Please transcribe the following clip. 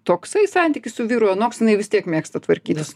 toksai santykis su vyru anoks jinai vistiek mėgsta tvarkytis